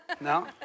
No